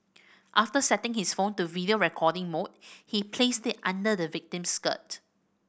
after setting his phone to video recording mode he placed it under the victim's skirt